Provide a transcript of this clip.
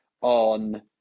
on